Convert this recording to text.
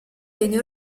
degli